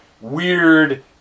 weird